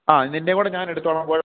ആ നിൻ്റെയും കൂടെ ഞാൻ എടുത്തുകൊള്ളാം കുഴപ്പം